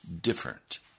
different